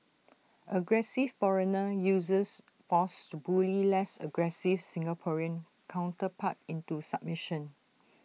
aggressive foreigner uses force to bully less aggressive Singaporean counterpart into submission